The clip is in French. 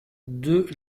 deux